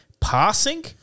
passing-